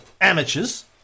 amateurs